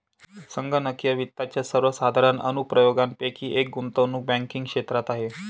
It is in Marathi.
संगणकीय वित्ताच्या सर्वसाधारण अनुप्रयोगांपैकी एक गुंतवणूक बँकिंग क्षेत्रात आहे